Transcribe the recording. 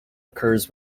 occurs